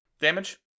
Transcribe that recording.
damage